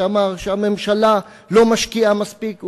שאמר שהממשלה לא משקיעה מספיק.